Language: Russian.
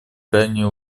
крайне